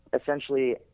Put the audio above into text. essentially